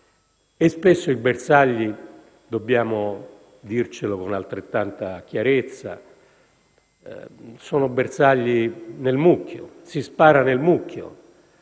E spesso i bersagli - dobbiamo dircelo con altrettanta chiarezza - sono nel mucchio; si spara nel mucchio.